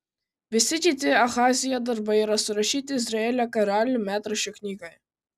visi kiti ahazijo darbai yra surašyti izraelio karalių metraščių knygoje